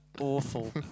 awful